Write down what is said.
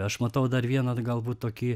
aš matau dar vieną galbūt tokį